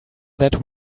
that